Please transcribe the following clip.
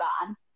gone